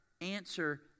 answer